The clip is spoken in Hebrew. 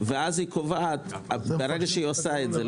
שני שליש ולא